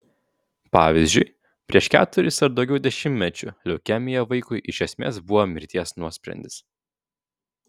pavyzdžiui prieš keturis ar daugiau dešimtmečių leukemija vaikui iš esmės buvo mirties nuosprendis